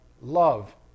love